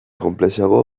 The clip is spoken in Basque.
konplexuago